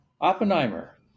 Oppenheimer